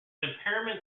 impairment